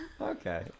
Okay